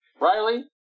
Riley